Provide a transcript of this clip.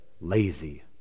lazy